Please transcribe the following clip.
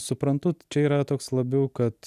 suprantu čia yra toks labiau kad